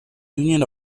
union